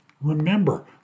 remember